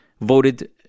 voted